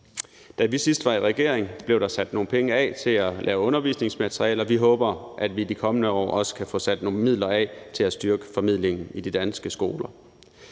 Da vi sidst var i regering, blev der sat nogle penge af til at lave undervisningsmateriale, og vi håber, at vi i de kommende år også kan få sat nogle midler af til at styrke formidlingen i de danske skoler.